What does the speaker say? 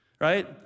Right